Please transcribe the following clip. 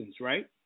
right